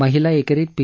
महीला एकेरीत पी